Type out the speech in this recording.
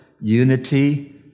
unity